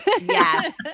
Yes